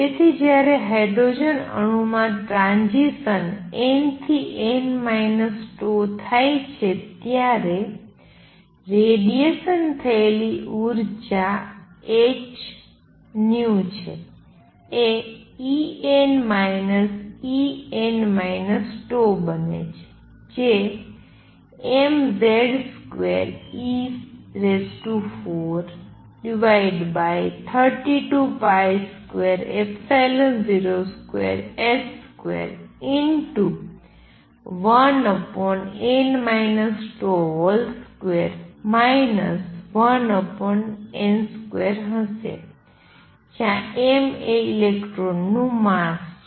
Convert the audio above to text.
તેથી જ્યારે હાઇડ્રોજન અણુમાં ટ્રાંઝીસન n થી n τ થાય છે ત્યારે રેડીએશન થયેલી ઉર્જા h એ En En τ બને છે જે mZ2e432202h21n τ2 1n2 હશે જ્યાં m એ ઇલેક્ટ્રોન નું માસ છે